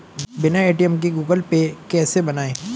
बिना ए.टी.एम के Google Pay कैसे बनायें?